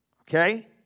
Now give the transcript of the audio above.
Okay